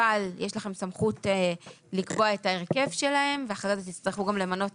אבל יש לכם סמכות לקבוע את ההרכב שלהן ואחר כך תצטרכו גם למנות